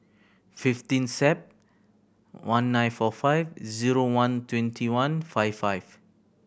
fifteen Sep one nine four five zero one twenty one five five